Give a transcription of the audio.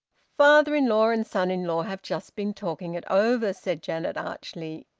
father-in-law and son-in-law have just been talking it over, said janet archly,